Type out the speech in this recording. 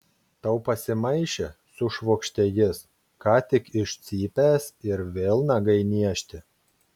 tau pasimaišė sušvokštė jis ką tik iš cypęs ir vėl nagai niežti